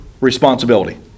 responsibility